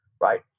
right